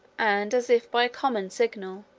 and as if by a common signal,